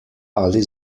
ali